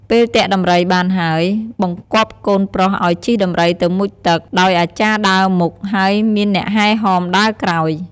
ពេលទាក់ដំរីបានហើយ បង្គាប់កូនប្រុសឲជិះដំរីទៅមុជទឹក ដោយអាចារ្យដើរមុខ ហើយមានអ្នកហែហមដើរក្រោយ។